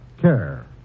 CARE